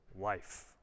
life